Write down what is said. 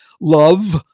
love